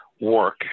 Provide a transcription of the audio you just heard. work